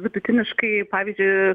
vidutiniškai pavyzdžiui